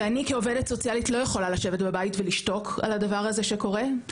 ואני כעובדת סוציאלית לא יכולה לשבת בבית ולשתוק על הדבר הזה שקורה,